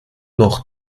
noch